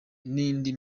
n’indi